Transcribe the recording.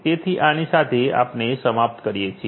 તેથી આની સાથે આપણે સમાપ્ત કરીયે છીએ